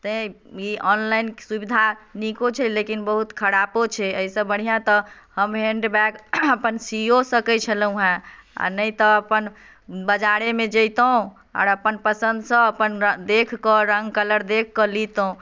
तैँ ई ऑनलाइनके सुविधा नीको छै लेकिन बहुत खराबो छै एहिसँ बढ़िआँ तऽ हम हैण्डबैग अपन सीओ सकैत छलहुँ हेँ आ नहि तऽ अपन बजारेमे जइतहुँ आओर अपन पसन्दसँ अपन देखि कऽ रङ्ग कलर देखि कऽ अपन लैतहुँ